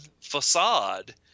facade